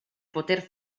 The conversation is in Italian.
poter